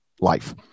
life